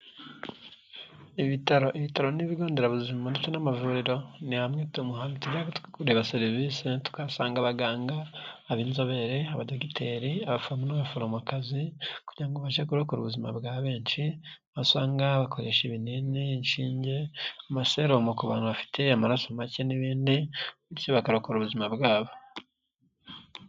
Ibitaro n'ibigonderabuzima ndetse n'amavuriro ni hamwe mu hantu tujya kureba serivisi tukahasanga abaganga ab'inzobere, abadogiteri abaforomo n'abaforomokazi kugira ngo babashe kurokora ubuzima bwa benshi, basanga bakoresha ibinini, inshinge n'amaseromo ku bantu bafite amaraso make n'ibindi ndetse bakarokora ubuzima bwabo.